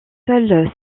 seules